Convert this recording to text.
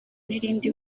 n’irindi